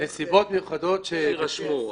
נסיבות מיוחדות שיירשמו.